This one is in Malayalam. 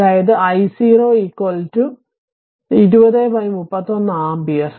അതായത് I0 I0 2031 ആമ്പിയർ